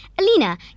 Alina